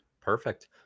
perfect